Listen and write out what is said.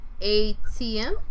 ATM